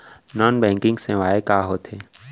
non banking सेवाएं का होथे